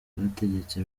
rwategetse